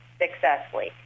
successfully